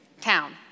town